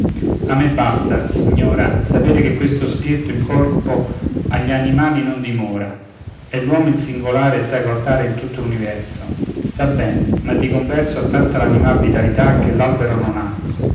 a me basta signora saper che questo spirito in corpo agli animali non dimora è l'uom il singolare e sacro altare in tutto l'universo sta ben ma di converso ha tanta l'animal vitalità che l'albero non ha